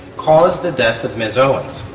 caused the death of ms owens.